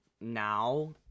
now